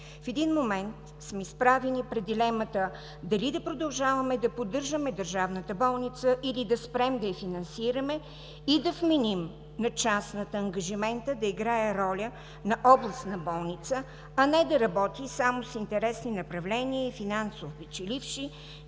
в един момент сме изправени пред дилемата дали да продължаваме да поддържаме държавната болница или да спрем да я финансираме и да вменим на частната ангажимента да играе роля на областна болница, а не да работи само с интереси, направление и финансово печеливши,